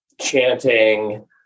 chanting